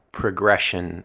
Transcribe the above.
progression